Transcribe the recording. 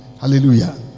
hallelujah